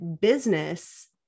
business